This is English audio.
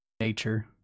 Nature